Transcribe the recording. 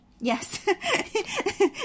Yes